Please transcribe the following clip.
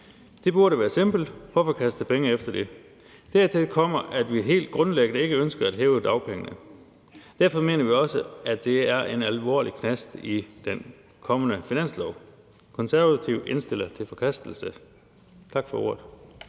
Det burde være simpelt: Hvorfor kaste penge efter det her? Dertil kommer, at vi helt grundlæggende ikke ønsker at hæve dagpengene. Derfor mener vi også, at det er en alvorlig knast i den kommende finanslov. Konservative indstiller lovforslaget til forkastelse. Tak for ordet.